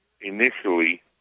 initially